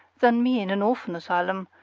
than me in an orphan asylum,